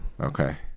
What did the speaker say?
Okay